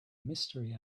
mystery